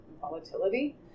volatility